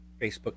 Facebook